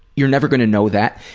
you're never gonna know that.